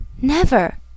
Never